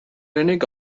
unig